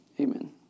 Amen